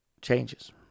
changes